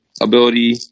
ability